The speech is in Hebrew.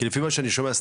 כי לפעמים ממה שאני שומע,